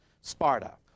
Sparta